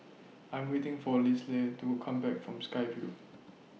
I Am waiting For Lisle to Come Back from Sky Vue